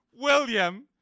William